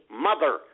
mother